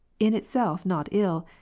in itself not ill,